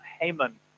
Haman